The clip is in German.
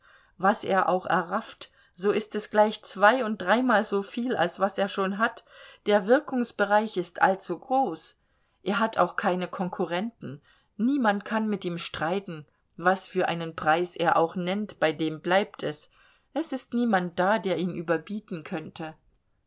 was er auch errafft so ist es gleich zwei und dreimal soviel als was er schon hat der wirkungsbereich ist allzu groß er hat auch keine konkurrenten niemand kann mit ihm streiten was für einen preis er auch nennt bei dem bleibt es es ist niemand da der ihn überbieten könnte